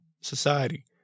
society